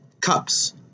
cups